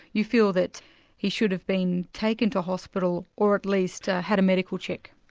you feel that he should have been taken to hospital, or at least had a medical check.